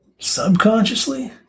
subconsciously